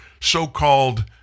so-called